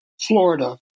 florida